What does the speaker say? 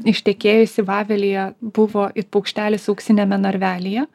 ištekėjusi vavelyje buvo it paukštelis auksiniame narvelyje